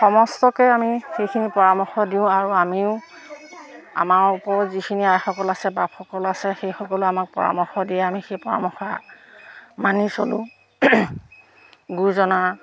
সমস্তকে আমি সেইখিনি পৰামৰ্শ দিওঁ আৰু আমিও আমাৰ ওপৰত যিখিনি আইসকল আছে বাপসকল আছে সেইসকলেও আমাক পৰামৰ্শ দিয়ে আমি সেই পৰামৰ্শ মানি চলোঁ গুৰুজনাৰ